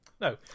No